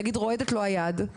נגיד רועדת לו היד,